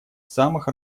самых